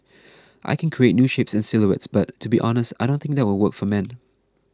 I can create new shapes and silhouettes but to be honest I don't think that will work for men